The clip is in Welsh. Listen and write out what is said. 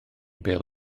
bêl